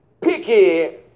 picky